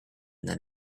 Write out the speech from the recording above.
than